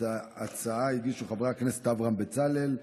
את ההצעה הגישו חברי הכנסת אברהם בצלאל,